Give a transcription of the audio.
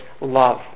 love